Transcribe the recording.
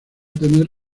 tener